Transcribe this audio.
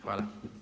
Hvala.